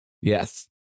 Yes